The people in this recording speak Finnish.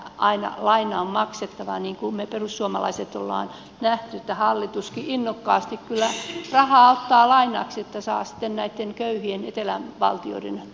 aina laina on maksettava niin kuin me perussuomalaiset olemme nähneet että hallituskin innokkaasti kyllä rahaa ottaa lainaksi että saa sitten näitten köyhien etelän valtioiden maksuja maksella